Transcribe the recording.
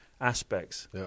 aspects